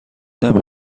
نمی